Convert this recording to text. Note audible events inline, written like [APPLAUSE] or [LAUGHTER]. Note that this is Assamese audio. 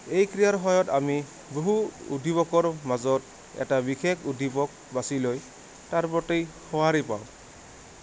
এই ক্ৰীড়াৰ সময়ত আমি বহু [UNINTELLIGIBLE] মাজত এটা বিশেষ [UNINTELLIGIBLE] বাছি লৈ [UNINTELLIGIBLE] প্ৰতি সহাৰি পাওঁ